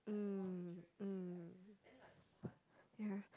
mm mm